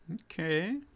Okay